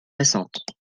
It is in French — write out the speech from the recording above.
récentes